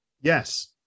Yes